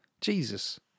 Jesus